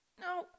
No